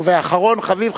ואחרון חביב,